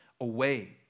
away